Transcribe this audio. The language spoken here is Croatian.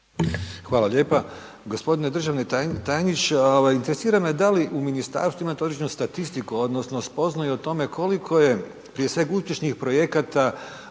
Hvala lijepa. Gospodine državni tajniče, interesiram me da li u ministarstvu imate određenu statistiku, odnosno spoznaju o tome koliko je prije svega uspješnih projekata